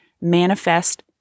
Manifest